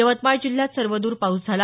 यवतमाळ जिल्ह्यात सर्वदूर पाऊस झाला